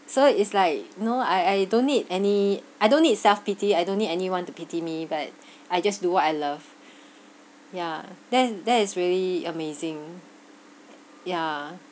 so it's like know I I don't need any I don't need self pity I don't think anyone to pity me but I just do what I love yeah that is that is really amazing yeah